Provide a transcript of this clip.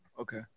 Okay